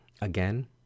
again